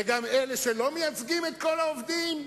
וגם אלה שלא מייצגים את כל העובדים?